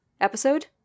episode